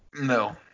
No